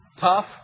tough